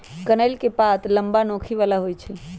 कनइल के पात लम्मा, नोखी बला होइ छइ